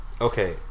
Okay